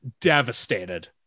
devastated